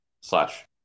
slash